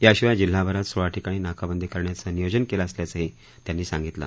याशिवाय जिल्हाभरात सोळा ठिकाणी नाकाबंदी करण्याचं नियोजन केलं असल्याचंही त्यांनी सांगितलं